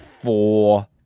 four